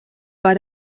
bei